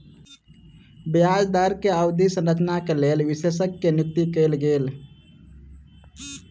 ब्याज दर के अवधि संरचना के लेल विशेषज्ञ के नियुक्ति कयल गेल